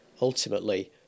ultimately